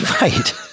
Right